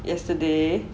yesterday